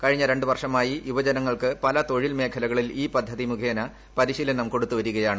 കഴിഞ്ഞ രണ്ട് വർഷമായി യുവജനങ്ങൾക്ക് പല തൊഴിൽ മേഖലകളിൽ ഈ പദ്ധതി മുപ്പേന്റ് പരിശീലനം കൊടുത്തുവരികയാണ്